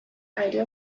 idea